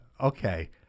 Okay